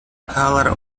colour